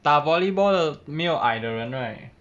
打 volleyball 的没有矮的人 right